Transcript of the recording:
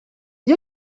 gli